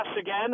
again